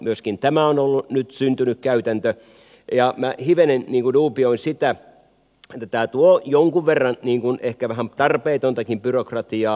myöskin tämä on ollut nyt syntynyt käytäntö ja minä hivenen duubioin sitä että tämä tuo jonkun verran ehkä vähän tarpeetontakin byrokratiaa